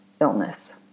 illness